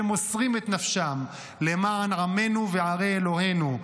שמוסרים את נפשם למען עמנו וערי אלוהינו.